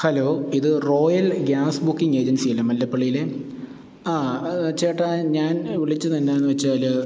hello ഇത് royal gas booking ഏജൻസയല്ലേ മല്ലപ്പള്ളിയിലെ ആ ചേട്ടാ ഞാൻ വിളിച്ചതെന്നാന്ന് വച്ചാല്